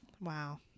Wow